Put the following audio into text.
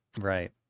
Right